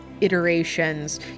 iterations